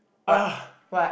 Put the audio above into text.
ah